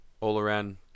all-around